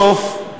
בסוף,